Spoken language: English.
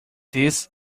this